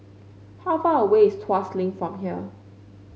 how far away is Tuas Link from here